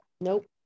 Nope